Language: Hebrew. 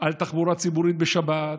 על התחבורה הציבורית בשבת,